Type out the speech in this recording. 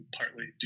partly